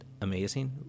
amazing